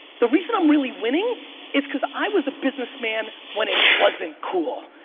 the reason i'm really winning is cause i was a businessman when it wasn't cool.